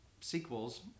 sequels